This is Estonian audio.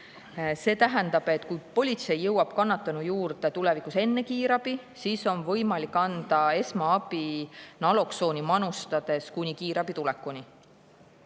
See tähendab, et kui tulevikus politsei jõuab kannatanu juurde enne kiirabi, siis on võimalik anda esmaabi naloksooni manustades kuni kiirabi tulekuni.